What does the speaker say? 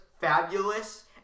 fabulous